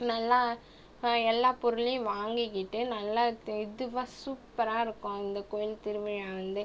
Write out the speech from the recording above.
நல்லா எல்லா பொருளையும் வாங்கிக்கிட்டு நல்லா இதே இதுவாக சூப்பராக இருக்கும் இந்த கோவில் திருவிழா வந்து